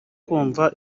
kumva